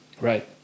Right